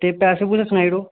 ते पैसे पूसे सनाई उड़ो